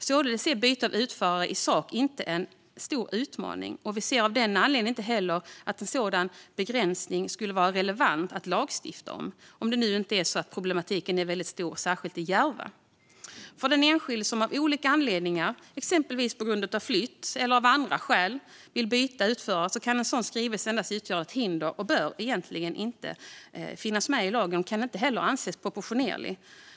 Således är byte av utförare i sak inte en stor utmaning, och vi ser av den anledningen heller att en sådan begränsning skulle vara relevant att lagstifta om, om det nu inte är så att problematiken är väldigt stor särskilt i Järva. För den enskilde som av olika anledningar, exempelvis på grund av flytt eller av andra skäl, vill byta utförare kan en sådan skrivning endast utgöra ett hinder. Det bör egentligen inte finnas med i lagen och kan inte heller anses proportionerligt.